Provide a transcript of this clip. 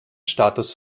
status